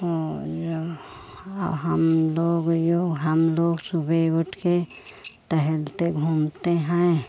और जो ह हम लोग ये हम लोग सूबह उठकर टहलते घूमते हैं